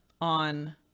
on